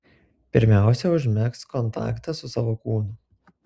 pirmiausia užmegzk kontaktą su savo kūnu